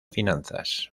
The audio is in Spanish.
finanzas